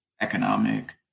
economic